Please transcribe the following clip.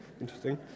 interesting